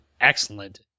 excellent